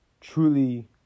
truly